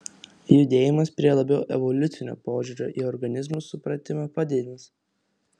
judėjimas prie labiau evoliucinio požiūrio į organizmus supratimą padidins